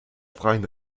freien